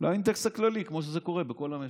לאינדקס הכללי, כמו שזה קורה בכל המשק.